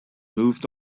moved